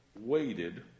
waited